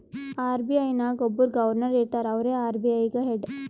RBI ನಾಗ್ ಒಬ್ಬುರ್ governor ಇರ್ತಾರ ಅವ್ರೇ ಆರ್.ಬಿ.ಐ ಗ ಹೆಡ್